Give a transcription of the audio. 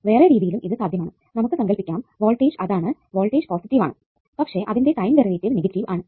വേറെ രീതിയിലും ഇത് സാധ്യമാണ് നമുക്ക് സങ്കല്പിക്കാം വോൾട്ടേജ് അതാണ് വോൾടേജ് പോസിറ്റീവ് ആണ് പക്ഷെ അതിന്റെ ടൈം ഡെറിവേറ്റീവ് നെഗറ്റീവ് ആണ്